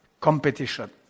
competition